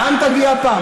לאן תגיע הפעם?